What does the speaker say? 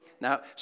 Now